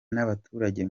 n’abaturage